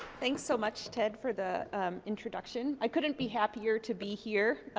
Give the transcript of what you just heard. thanks so much, ted, for the introduction. i couldn't be happier to be here.